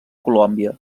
colòmbia